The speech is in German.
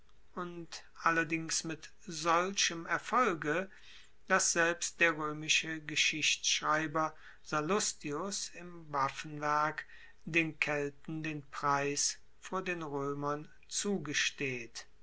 und allerdings mit solchem erfolge dass selbst der roemische geschichtschreiber sallustius im waffenwerk den kelten den preis vor den roemern zugesteht